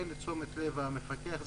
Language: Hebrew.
זה לתשומת לב המפקח.